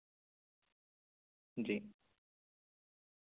جی